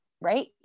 right